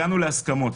הגענו להסכמות.